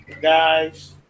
guys